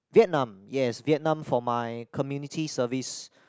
Vietnam yes Vietnam for my Community Service